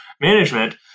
management